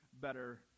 better